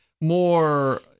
more